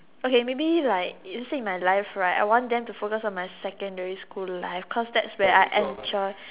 okay maybe like you see in my life right I want them to focus on my secondary school life cause that's where I enjoy